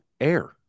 air